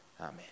Amen